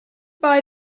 buy